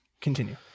Continue